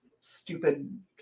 stupid